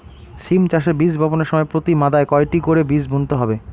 সিম চাষে বীজ বপনের সময় প্রতি মাদায় কয়টি করে বীজ বুনতে হয়?